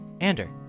Ander